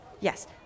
Yes